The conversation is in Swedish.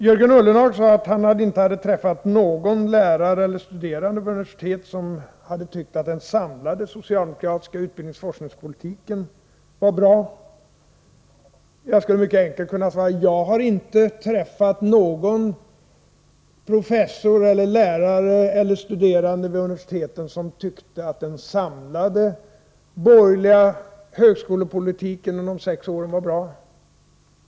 Jörgen Ullenhag sade att han inte träffat någon universitetslärare eller 31 universitetsstuderande som hade tyckt att den samlade socialdemokratiska utbildningsoch forskningspolitiken var bra. Det är då mycket enkelt för mig att säga: Jag har inte träffat någon professor, lärare eller studerande vid något universitet som tyckt att den samlade högskolepolitiken under de sex borgerliga åren var bra.